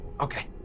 Okay